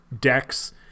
decks